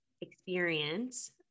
experience